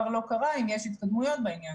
אז חבל להגיד ששום דבר לא קרה אם יש התקדמויות בעניין.